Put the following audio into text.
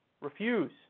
Refuse